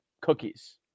cookies